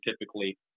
typically